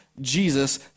Jesus